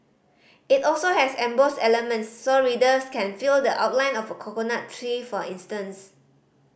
it also has embossed elements so readers can feel the outline of a coconut tree for instance